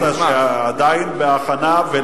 אמרת שעדיין בהכנה.